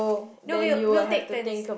no we'll we'll take turns